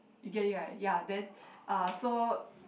you get it right ya then uh so